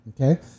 Okay